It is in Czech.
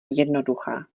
jednoduchá